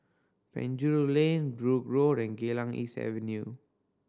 Penjuru Lane Brooke Road and Geylang East Avenue